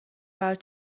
برات